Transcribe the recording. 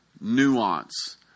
nuance